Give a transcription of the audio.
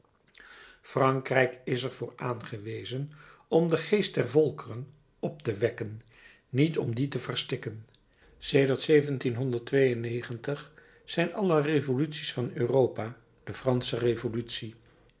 frankrijk is er voor aangewezen om den geest der volkeren op te wekken niet om dien te verstikken sedert zijn alle revoluties van europa de fransche revolutie